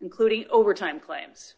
including overtime claims